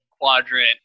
quadrant